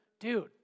dude